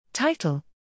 Title